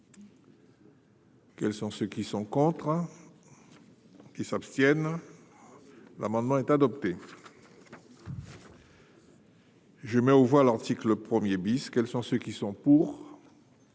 Quels sont ceux qui sont contre, qui s'abstiennent, l'amendement est adopté. Je mets aux voix l'article premier bis. Quels sont ceux qui sont pour.